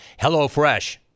HelloFresh